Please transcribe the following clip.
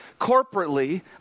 corporately